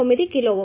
9 కిలోΩ